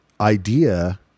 idea